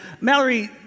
Mallory